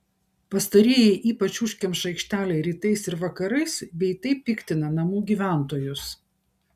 pastarieji ypač užkemša aikštelę rytais ir vakarais bei taip piktina namų gyventojus